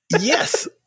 Yes